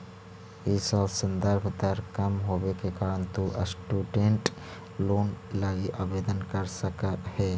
इ साल संदर्भ दर कम होवे के कारण तु स्टूडेंट लोन लगी आवेदन कर सकऽ हे